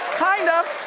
kind of.